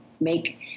make